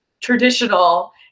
traditional